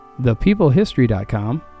ThePeopleHistory.com